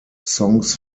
songs